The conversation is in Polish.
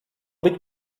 być